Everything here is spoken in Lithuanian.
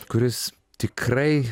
kuris tikrai